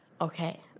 Okay